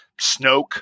Snoke